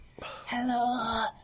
hello